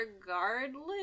regardless